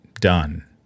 Done